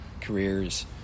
careers